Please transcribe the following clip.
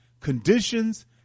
conditions